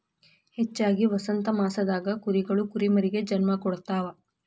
ಹೆಚ್ಚಾಗಿ ವಸಂತಮಾಸದಾಗ ಕುರಿಗಳು ಕುರಿಮರಿಗೆ ಜನ್ಮ ಕೊಡ್ತಾವ